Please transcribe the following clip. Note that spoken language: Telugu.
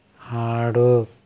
ఆడు